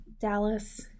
Dallas